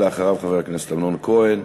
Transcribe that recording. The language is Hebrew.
אחריו, חבר הכנסת אמנון כהן,